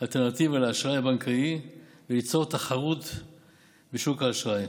אלטרנטיבה לאשראי הבנקאי וליצור תחרות בשוק האשראי,